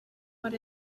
what